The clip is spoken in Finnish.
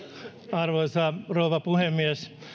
arvoisa rouva puhemies